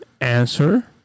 Answer